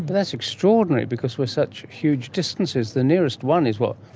but that's extraordinary because we are such huge distances. the nearest one is, what,